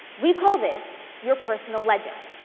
we call this your personal legend,